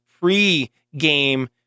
pre-game